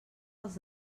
els